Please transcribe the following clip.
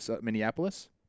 Minneapolis